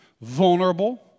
vulnerable